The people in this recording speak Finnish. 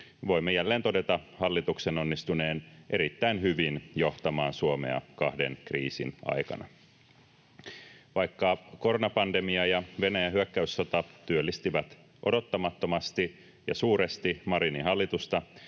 voimme jälleen todeta hallituksen onnistuneen erittäin hyvin johtamaan Suomea kahden kriisin aikana. Vaikka koronapandemia ja Venäjän hyökkäyssota työllistivät odottamattomasti ja suuresti Marinin hallitusta,